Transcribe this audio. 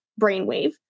brainwave